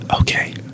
okay